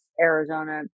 Arizona